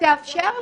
תאפשר לי.